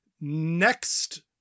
next